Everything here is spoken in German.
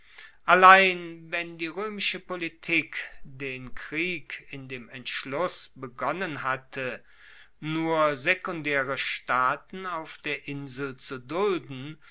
allein wenn die roemische politik den krieg in dem entschluss begonnen hatte nur sekundaere staaten auf der insel zu dulden